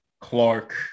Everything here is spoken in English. Clark